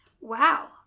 Wow